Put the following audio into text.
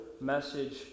message